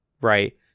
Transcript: right